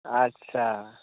आच्चा